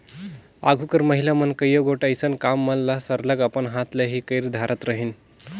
आघु कर महिला मन कइयो गोट अइसन काम मन ल सरलग अपन हाथ ले ही कइर धारत रहिन